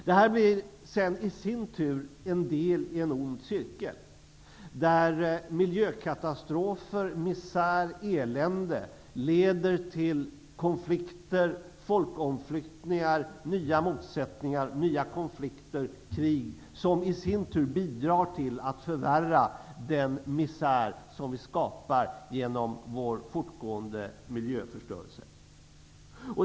Detta blir sedan en del i en ond cirkel, där miljökatastrofer, fattigdom och elände leder till konflikter, folkomflyttningar, nya motsättningar, nya konflikter och krig, som i sin tur bidrar till att förvärra den misär som vi skapar genom vår fortgående miljöförstörelse.